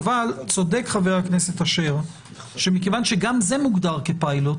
צודק חבר הכנסת אשר שכיוון שגם זה מוגדר כפילוט